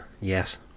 yes